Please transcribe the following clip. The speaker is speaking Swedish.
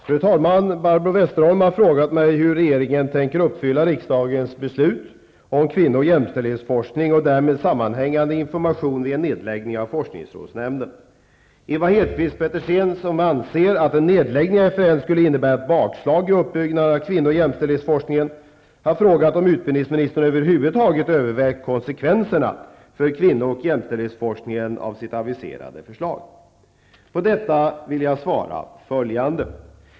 Fru talman! Barbro Westerholm har frågat mig hur regeringen tänker uppfylla riksdagens beslut om kvinnooch jämställdhetsforskning och därmed sammanhängande information vid en nedläggning av forskningsrådsnämnden . Ewa Hedkvist Petersen, som anser att en nedläggning av FRN skulle innebära ett bakslag i uppbyggnaden av kvinno och jämställdhetsforskningen, har frågat om utbildningsministern över huvud taget övervägt konsekvenserna av sitt aviserade förslag för kvinnooch jämställdhetsforskningen. På detta vill jag svara följande.